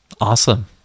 Awesome